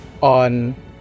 on